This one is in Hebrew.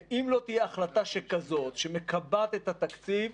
ואם לא תהיה החלטה שכזאת שמקבעת את התקציב,